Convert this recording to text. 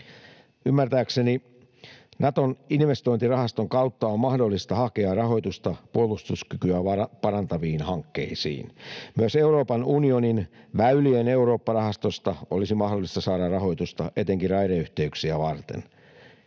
Ymmärtääkseni Naton investointirahaston kautta on mahdollista hakea rahoitusta puolustuskykyä parantaviin hankkeisiin. Myös Euroopan unionin väylien Eurooppa-rahastosta olisi mahdollista saada rahoitusta etenkin raideyhteyksiä varten.